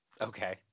Okay